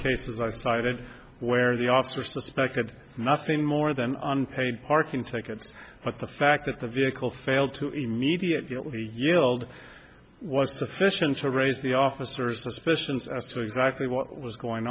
cases i cited where the officer suspected nothing more than parking tickets but the fact that the vehicle failed to immediately yield was sufficient to raise the officers the suspicions as to exactly what was going